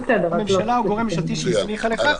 הממשלה או גורם ממשלתי שהיא הסמיכה לכך.